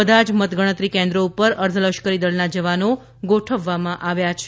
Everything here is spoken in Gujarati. બધા જ મતગણતરી કેન્દ્રો ઉપર અર્ધલશ્કરી દળના જવાનો ગોઠવવામાં આવ્યા છે